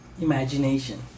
imagination